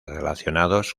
relacionados